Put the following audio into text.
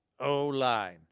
O-line